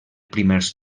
primers